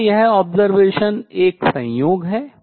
क्या यह observation एक संयोग है